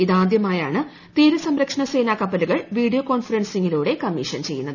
ഇതാദ്യമായാണ് തീരസംരക്ഷണസേനാ കപ്പലുകൾ വീഡിയ്യോ കോൺഫറൻസിങ്ങിലൂടെ കമ്മീഷൻ ചെയ്യുന്നത്